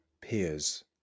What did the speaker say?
peers